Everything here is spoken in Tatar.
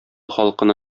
халкына